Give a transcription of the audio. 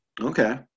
okay